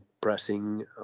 pressing